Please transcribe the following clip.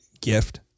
gift